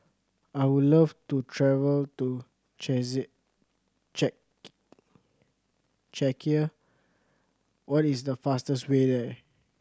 I would love to travel to Czechia what is the fastest way there